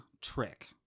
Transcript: trick